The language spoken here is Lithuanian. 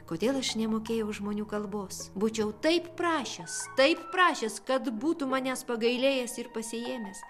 kodėl aš nemokėjau žmonių kalbos būčiau taip prašęs taip prašęs kad būtų manęs pagailėjęs ir pasiėmęs